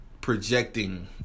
projecting